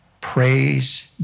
Praise